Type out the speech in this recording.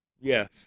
Yes